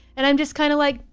and i'm just kind of like,